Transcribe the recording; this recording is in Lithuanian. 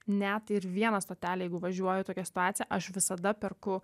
net ir vieną stotelę jeigu važiuoju tokia situacija aš visada perku